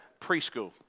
preschool